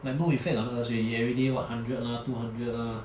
like no effect on us already everyday what hundred ah two hundred ah